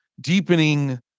deepening